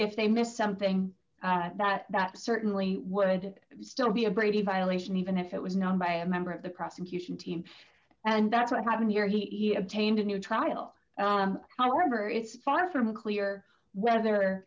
if they miss something that that certainly would still be a brady violation even if it was known by a member of the prosecution team and that's what happened here he obtained a new trial however it's far from clear whether